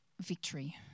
victory